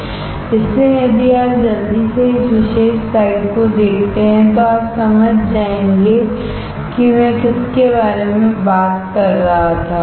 इसलिए यदि आप जल्दी से इस विशेष स्लाइड को देखते हैं तो आप समझ जाएंगे कि मैं किसके बारे में बात कर रहा था सही